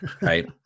right